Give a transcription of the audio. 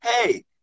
hey